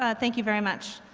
ah thank you very much.